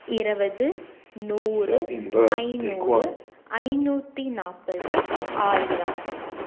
இருபது நூறு ஐநூறு ஐநூற்றி நாற்பது ஆயிரம்